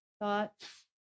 thoughts